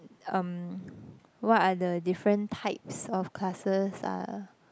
um what are the different types of classes are